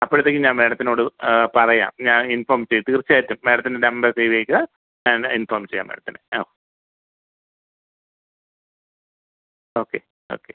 അപ്പോഴത്തേക്കും ഞാൻ മാഡത്തിനോട് പറയാം ഞാൻ ഇൻഫോം ചെയ്യും തീർച്ചയായിട്ടും മാഡത്തിൻ്റെ നമ്പറ് സേവ് ചെയ്ത് ഞാൻ ഇൻഫോം ചെയ്യാം മാഡത്തിനെ ആ ഓക്കെ ഓക്കെ